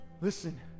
Listen